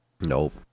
nope